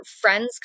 friends